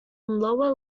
lower